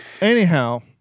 Anyhow